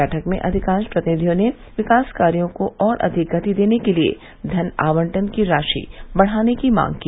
बैठक में अधिकांश प्रतिनिधियों ने विकास कार्यो को और अधिक गति देने के लिए धन आवंटन की राशि बढ़ाने की मांग की